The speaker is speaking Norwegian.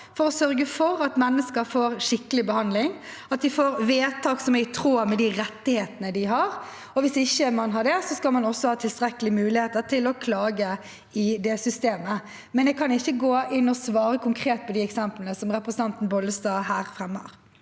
for å sørge for at mennesker får skikkelig behandling, og at de får vedtak som er i tråd med de rettighetene de har. Hvis ikke man får det, skal man ha tilstrekkelige muligheter til å klage i det systemet. Likevel kan jeg ikke gå inn og svare konkret om de eksemplene som representanten Bollestad her fremmer.